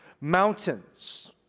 Mountains